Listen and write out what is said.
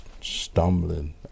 stumbling